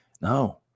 No